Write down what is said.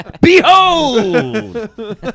Behold